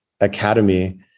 Academy